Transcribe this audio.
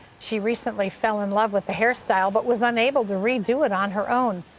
she recently fell in love with a hair-style, but was unable to redo it on her own.